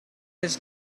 his